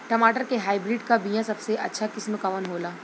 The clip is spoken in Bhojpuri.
टमाटर के हाइब्रिड क बीया सबसे अच्छा किस्म कवन होला?